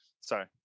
Sorry